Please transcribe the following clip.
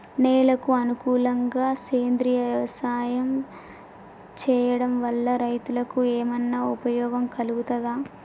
నేలకు అనుకూలంగా సేంద్రీయ వ్యవసాయం చేయడం వల్ల రైతులకు ఏమన్నా ఉపయోగం కలుగుతదా?